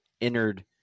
entered